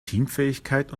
teamfähigkeit